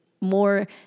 more